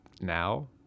now